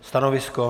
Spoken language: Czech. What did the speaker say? Stanovisko?